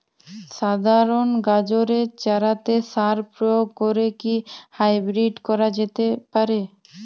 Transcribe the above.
সাধারণ গাজরের চারাতে সার প্রয়োগ করে কি হাইব্রীড করা যেতে পারে?